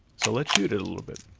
so let's shoot it a little bit.